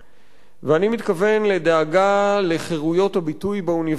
ואני מתכוון לדאגה לחירויות הביטוי באוניברסיטאות,